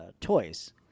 toys